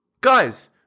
Guys